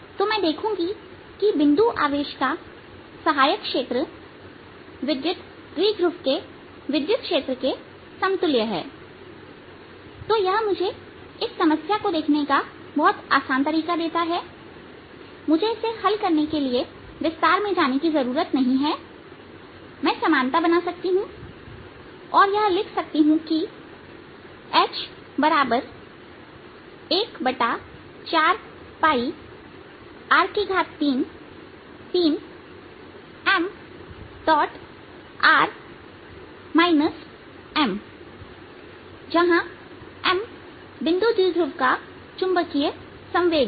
मैं देखूंगी की बिंदु आवेश का सहायक क्षेत्र विद्युत द्विध्रुव के विद्युत क्षेत्र के समतुल्य है तो यह मुझे इस समस्या को देखने का बहुत आसान तरीका देता है मुझे इसे हल करने के लिए विस्तार में जाने की जरूरत नहीं है मैं समानता बना सकती हूं और यह लिख सकती हूं कि H14r33mrr mजहां m बिंदु द्विध्रुव का चुंबकीय संवेग है